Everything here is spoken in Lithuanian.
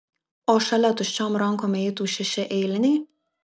o šalia tuščiom rankom eitų šeši eiliniai